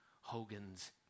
Hogan's